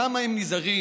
כמה הם נזהרים,